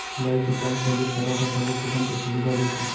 life style credit card ह सबो किसम के सुबिधा देथे